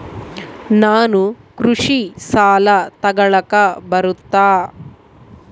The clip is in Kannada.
ನಾನು ಕೃಷಿ ಸಾಲ ತಗಳಕ ಬರುತ್ತಾ?